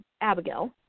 Abigail